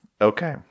Okay